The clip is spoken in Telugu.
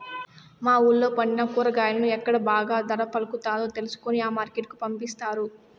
మా వూళ్ళో పండిన కూరగాయలను ఎక్కడ బాగా ధర పలుకుతాదో తెలుసుకొని ఆ మార్కెట్ కు పంపిస్తారు